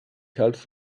helps